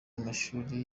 amashuri